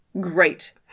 Great